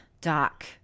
doc